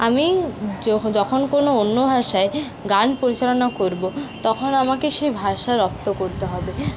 আমি যখন কোনো অন্য ভাষায় গান পরিচালনা করবো তখন আমাকে সে ভাষা রপ্ত করতে হবে